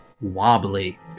wobbly